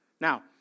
Now